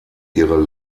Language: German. ihre